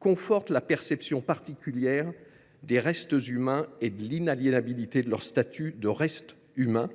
conforte la perception particulière des restes humains et de l’inaliénabilité de leur statut, que le temps